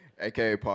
AKA